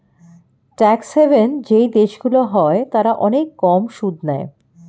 tax haven যেই দেশগুলো হয় তারা অনেক কম সুদ নেয়